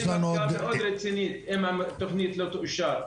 תהיה מכה מאוד רצינית, אם התכנית לא תאושר.